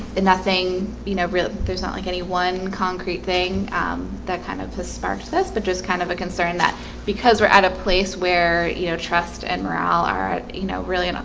and nothing, you know, really? there's not like any one concrete thing that kind of has sparked this but just kind of a concern that because because we're at a place where you know trust and morale are you know, really enough?